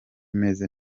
meze